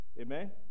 Amen